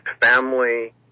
family